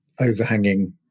overhanging